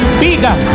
bigger